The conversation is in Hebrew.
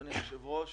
אדוני היושב-ראש,